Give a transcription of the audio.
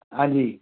हांजी